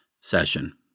session